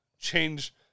change